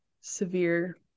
severe